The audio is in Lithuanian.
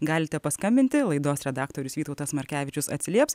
galite paskambinti laidos redaktorius vytautas markevičius atsilieps